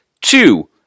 Two